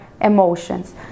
emotions